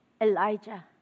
Elijah